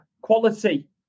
quality